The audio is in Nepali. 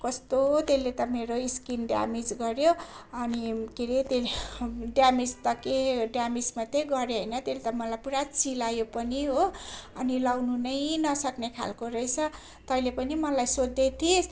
कस्तो त्यसले त मेरो स्किन ड्यामेज गर्यो अनि के अरे त्यसले ड्यामेज त के ड्यामेज मात्रै गर्यो होइन त्यसले त मलाई पुरा चिलायो पनि हो अनि लगाउनु नै नसक्ने खालको रहेछ तैँले पनि मलाई सोद्धैथिइस्